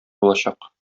булачак